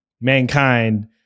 Mankind